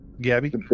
Gabby